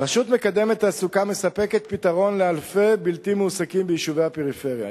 "רשות מקדמת תעסוקה" מספקת פתרון לאלפי בלתי מועסקים ביישובי הפריפריה.